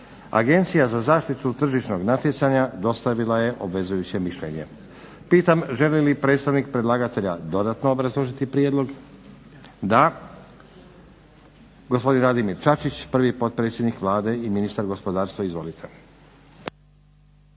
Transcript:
Agencija za zaštitu tržišnog natjecanja dostavila je obvezujuće mišljenje. Pitam želi li predstavnik predlagatelja dodatno obrazložiti prijedlog? Da. Gospodin Radimir Čačić prvi potpredsjednik Vlade i ministar gospodarstva. Izvolite.